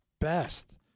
best